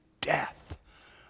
death